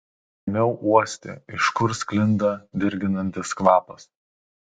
ėmiau uosti iš kur sklinda dirginantis kvapas